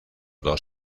dos